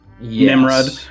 Nimrod